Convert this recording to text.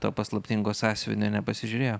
to paslaptingo sąsiuvinio nepasižiūrėjo